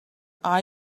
are